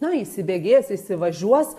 na įsibėgės įsivažiuos